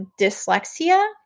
dyslexia